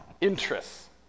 interests